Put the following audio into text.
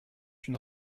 une